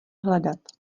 hledat